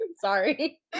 Sorry